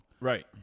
right